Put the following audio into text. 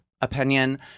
opinion